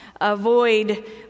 avoid